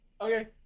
Okay